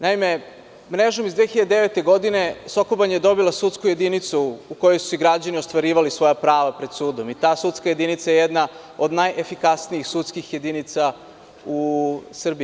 Naime, mrežom iz 2009. godine Soko Banja je dobila sudsku jedinicu u kojoj su građani ostvarivali svoja prava pred sudom i ta sudska jedinica je jedna od najefikasnijih sudskih jedinica u Srbiji.